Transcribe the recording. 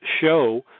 show